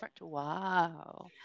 Wow